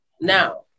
Now